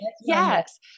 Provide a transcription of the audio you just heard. Yes